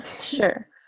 sure